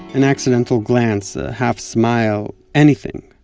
an accidental glance, a half smile, anything.